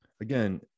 again